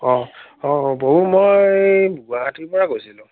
অঁ অঁ বহু মই গুৱাহাটীৰ পৰা কৈছিলোঁ